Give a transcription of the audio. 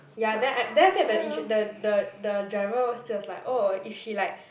ya then I then after that the insu~ the the the driver was just like oh if she like